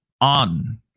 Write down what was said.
on